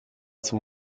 zum